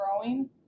growing